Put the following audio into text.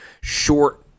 short